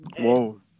Whoa